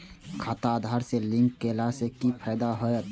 खाता आधार से लिंक केला से कि फायदा होयत?